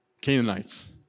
Canaanites